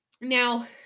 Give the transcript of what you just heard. Now